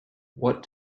what